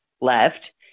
left